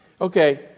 Okay